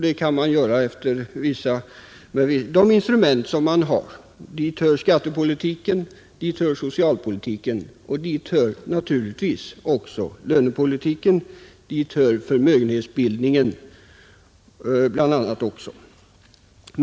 Det kan vi då göra med de instrument som finns, bl.a. med skattepolitiken och socialpolitiken, och naturligtsvis också med lönepolitiken och förmögenhetsbildningen.